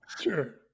Sure